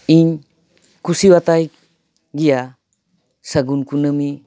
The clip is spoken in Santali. ᱤᱧ ᱠᱩᱥᱤᱣᱟᱛᱟᱭ ᱜᱮᱭᱟ ᱥᱟᱹᱜᱩᱱ ᱠᱩᱱᱟᱹᱢᱤ